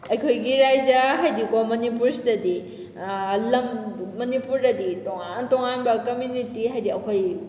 ꯑꯩꯈꯣꯏꯒꯤ ꯔꯥꯏꯖ꯭ꯌ ꯍꯥꯏꯗꯤꯀꯣ ꯃꯅꯤꯄꯨꯔꯁꯤꯗꯗꯤ ꯂꯝ ꯃꯅꯤꯄꯨꯔꯗꯗꯤ ꯇꯣꯉꯥꯟ ꯇꯣꯉꯥꯟꯕ ꯀꯃ꯭ꯌꯨꯅꯤꯇꯤ ꯍꯥꯏꯗꯤ ꯑꯩꯈꯣꯏ